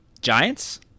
Giants